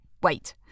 Wait